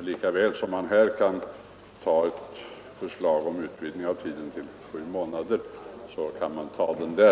Lika väl som man i det ena fallet kan föreslå en utvidgning av tiden med tre månader, bör man kunna göra det i det